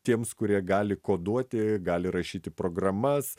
tiems kurie gali koduoti gali rašyti programas